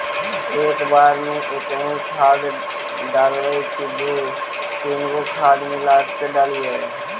एक बार मे एकही खाद डालबय की दू तीन गो खाद मिला के डालीय?